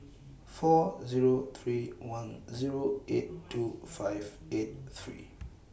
four Zero three one Zero eight two five eight three